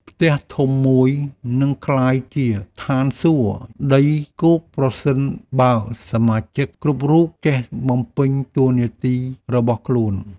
ផ្ទះធំមួយនឹងក្លាយជាឋានសួគ៌ដីគោកប្រសិនបើសមាជិកគ្រប់រូបចេះបំពេញតួនាទីរបស់ខ្លួន។